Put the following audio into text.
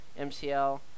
MCL